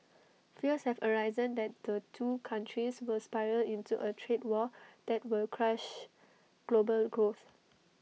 fears have arisen that the two countries will spiral into A trade war that will crush global growth